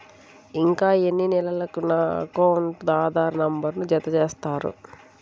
ఇంకా ఎన్ని నెలలక నా అకౌంట్కు ఆధార్ నంబర్ను జత చేస్తారు?